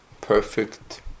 perfect